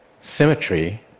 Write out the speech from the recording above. symmetry